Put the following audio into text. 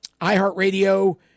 iHeartRadio